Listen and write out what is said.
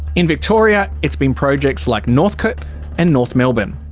in victoria, it's been projects like northcote and north melbourne.